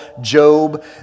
Job